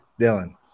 Dylan